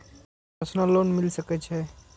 Personal loan मिल सके छे?